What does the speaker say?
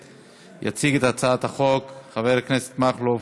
אנחנו עוברים להצעת חוק הפיקוח על שירותים פיננסים (קופות גמל)